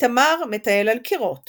איתמר מטייל על קירות